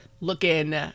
looking